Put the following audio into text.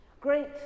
great